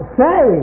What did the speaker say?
say